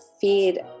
feed